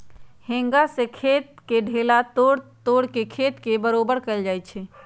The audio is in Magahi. हेंगा से खेत के ढेला तोड़ तोड़ के खेत के बरोबर कएल जाए छै